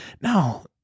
No